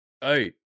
hey